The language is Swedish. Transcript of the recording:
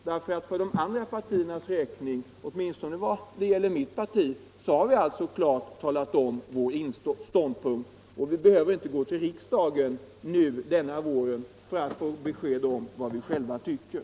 Vårt parti har klart deklarerat sin ståndpunkt. Vi behöver inte votera i riksdagen nu för att få besked om vad vi själva tycker.